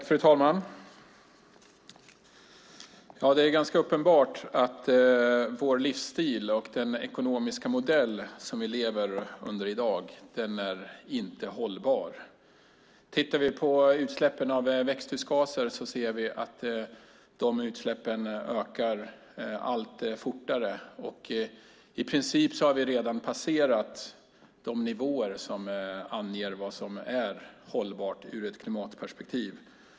Fru talman! Det är ganska uppenbart att vår livsstil och den ekonomiska modell som vi lever under i dag inte är hållbara. Tittar vi på utsläppen av växthusgaser ser vi att de ökar allt fortare, och i princip har vi redan passerat de nivåer som anger vad som är hållbart ur ett klimatperspektiv.